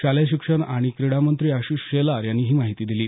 शालेय शिक्षण आणि क्रीडा मंत्री आशिष शेलार यांनी ही माहिती दिली